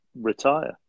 retire